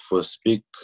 speak